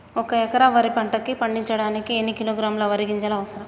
ఒక్క ఎకరా వరి పంట పండించడానికి ఎన్ని కిలోగ్రాముల వరి గింజలు అవసరం?